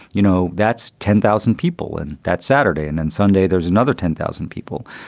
you know, that's ten thousand people. and that saturday and then sunday, there's another ten thousand people.